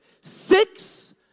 Six